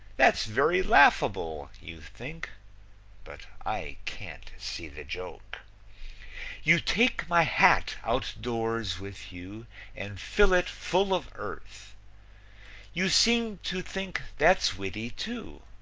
that's very laughable, you think but i can't see the joke you take my hat outdoors with you and fill it full of earth you seem to think that's witty, too,